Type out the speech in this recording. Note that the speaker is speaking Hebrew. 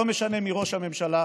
לא משנה מי ראש הממשלה,